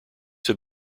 have